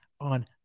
on